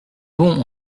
bon